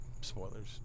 Spoilers